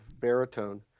baritone